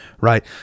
right